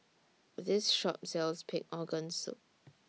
This Shop sells Pig'S Organ Soup